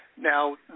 Now